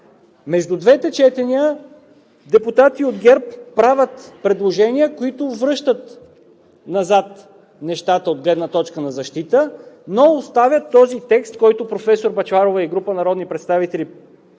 Между двете четения депутати от ГЕРБ правят предложения, които връщат назад нещата от гледна точка на защитата, но оставят този текст, който професор Бъчварова и група народни представители предлагат